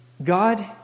God